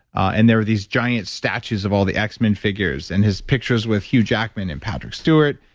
and there were these giant statues of all the x-men figures and his pictures with hugh jackman and patrick stewart.